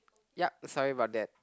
yup sorry about that